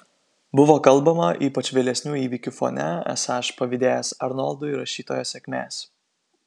buvo kalbama ypač vėlesnių įvykių fone esą aš pavydėjęs arnoldui rašytojo sėkmės